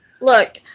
Look